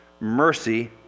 Mercy